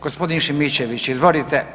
Gospodin Šimičević, izvolite.